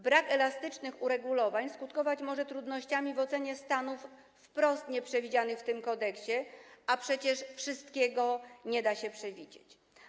Brak elastycznych uregulowań skutkować może trudnościami w ocenie stanów wprost nieprzewidzianych w tym kodeksie, a przecież wszystkiego nie da się przewidzieć.